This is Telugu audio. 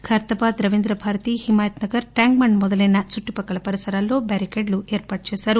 ఖైరతాబాద్ రవీంద్రభారతి హిమాయత్ నగర్ ట్యాంక్పండ్ మొదలైన చుట్టుపక్కల పరిసరాల్లో బారికేడ్లు ఏర్పాటు చేశారు